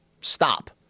stop